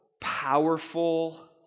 powerful